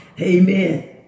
Amen